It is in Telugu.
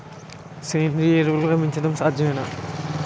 సేంద్రీయ ఎరువులు లభించడం సాధ్యమేనా?